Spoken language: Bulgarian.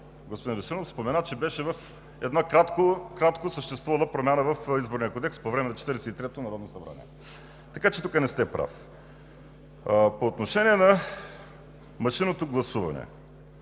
господин Веселинов спомена, че беше в една кратко съществувала промяна в Изборния кодекс по време на Четиридесет и третото народно събрание. Така че тук не сте прав. По отношение на машинното гласуване.